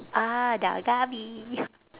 ah ddalk-galbi